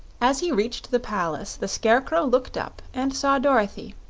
as he reached the palace the scarecrow looked up and saw dorothy,